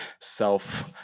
self